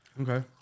Okay